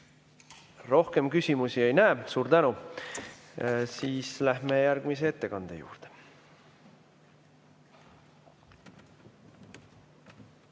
Rohkem küsimusi ei näe. Suur tänu! Siis läheme järgmise ettekande juurde.